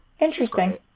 Interesting